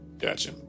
Gotcha